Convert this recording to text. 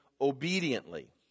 obediently